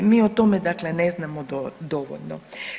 Mi o tome dakle ne znamo dovoljno.